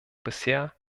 bisher